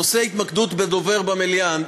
נושא התמקדות בדובר במליאה,